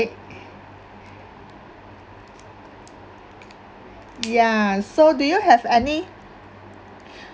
ya so do you have any